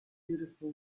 beautiful